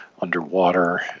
underwater